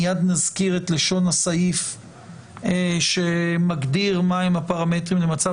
מיד נזכיר את לשון הסעיף שמגדיר מהם הפרמטרים למצב